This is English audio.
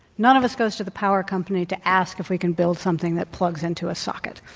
none of us goes to the power company to ask if we can build something that plugs into a socket,